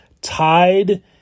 tied